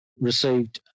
received